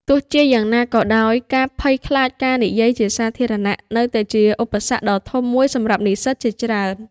ទោះជាយ៉ាងណាក៏ដោយ ការភ័យខ្លាចការនិយាយជាសាធារណៈនៅតែជាឧបសគ្គដ៏ធំមួយសម្រាប់និស្សិតជាច្រើន។